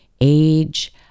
age